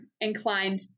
inclined